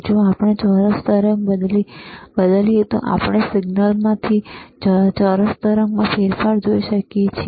જો આપણે ચોરસ તરંગ બદલીએ તો આપણે સિગ્નલથી ચોરસ તરંગમાં ફેરફાર જોઈ શકીએ છીએ